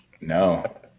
No